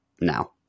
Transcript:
now